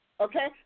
Okay